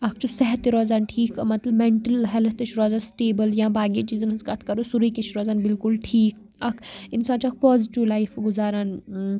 اکھ چھُ صحت تہِ روزان ٹھیٖک مطلب مٮ۪نٹَل ہٮ۪لٕتھ تہِ چھُ روزان سٹیبٕل یا باقٕیَن چیٖزَن ہٕنٛز کَتھ کَرو سورُے کینٛہہ چھِ روزان بلکل ٹھیٖک اَکھ اِنسان چھِ اَکھ پازِٹِو لایف گُزاران